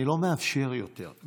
אני לא מאפשר יותר,